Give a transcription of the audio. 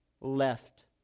left